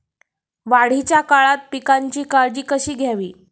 वाढीच्या काळात पिकांची काळजी कशी घ्यावी?